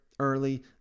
early